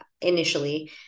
initially